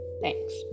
Thanks